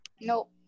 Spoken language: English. Nope